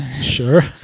sure